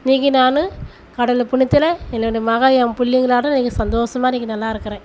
இன்றைக்கு நான் கடவுள் புண்ணியத்தில் என்னுடைய மகன் என் பிள்ளைங்களோட இன்றைக்கு சந்தோஷமா இன்றைக்கு நல்லா இருக்கிறேன்